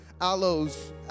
aloes